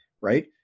right